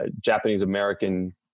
Japanese-American